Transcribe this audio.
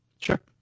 Sure